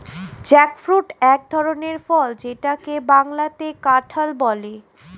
jackfruit এক ধরনের ফল যেটাকে বাংলাতে কাঁঠাল বলে